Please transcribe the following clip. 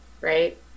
right